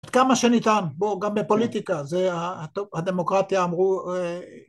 ‫כמה שניתן, בואו, גם בפוליטיקה. ‫הדמוקרטיה, אמרו...